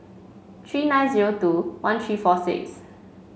three nine zero two one three four six